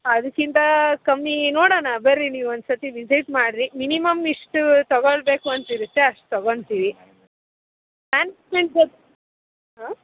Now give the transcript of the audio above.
ಅದಕ್ಕಿಂತ ಕಮ್ಮಿ ನೋಡೋಣ ಬನ್ರಿ ನೀವು ಒಂದು ಸರ್ತಿ ವಿಸಿಟ್ ಮಾಡಿರಿ ಮಿನಿಮಮ್ ಇಷ್ಟು ತೊಗೊಳ್ಬೇಕು ಅಂತಿರುತ್ತೆ ಅಷ್ಟು ತಗೊಳ್ತೀವಿ ಆಂ